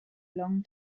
long